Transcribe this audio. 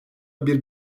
bir